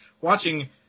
watching